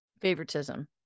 favoritism